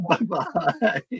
Bye-bye